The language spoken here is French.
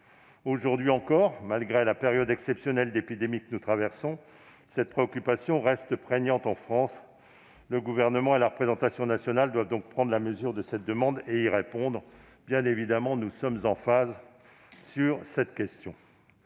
Aujourd'hui encore, malgré la période exceptionnelle d'épidémie que nous traversons, cette préoccupation reste prégnante dans notre pays. Le Gouvernement et la représentation nationale doivent donc prendre la mesure de la demande et y répondre. Bien évidemment, nous sommes en phase sur cette question.